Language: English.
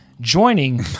joining